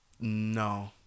No